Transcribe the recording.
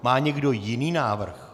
Má někdo jiný návrh?